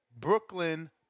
Brooklyn